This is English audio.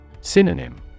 Synonym